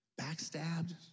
backstabbed